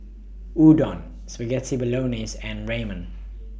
Udon Spaghetti Bolognese and Ramen